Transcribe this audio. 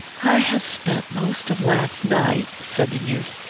i have spent most of last night, said the youth,